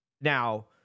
now